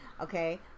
Okay